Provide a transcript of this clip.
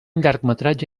llargmetratge